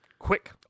Quick